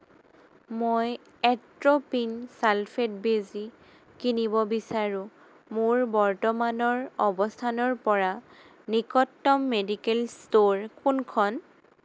মই atropine sulphate বেজী কিনিব বিচাৰোঁ মোৰ বৰ্তমানৰ অৱস্থানৰ পৰা নিকটতম মেডিকেল ষ্ট'ৰ কোনখন